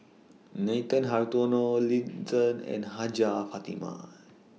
Nathan Hartono Lin Chen and Hajjah Fatimah